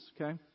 Okay